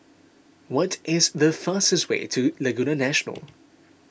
what is the fastest way to Laguna National